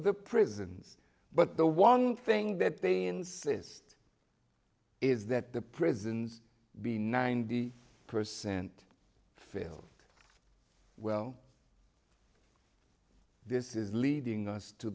the prisons but the one thing that they insist is that the prisons be ninety percent fail well this is leading us to